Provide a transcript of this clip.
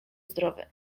zdrowy